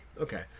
Okay